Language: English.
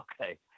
okay